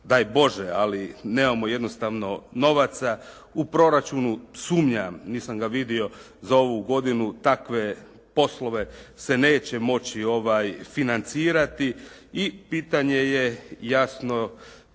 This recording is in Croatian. daj Bože ali nemamo jednostavno novaca u proračunu. Sumnjam, nisam ga vidio za ovu godinu, takve poslove se neće moći financirati i pitanje je jasno